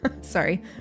Sorry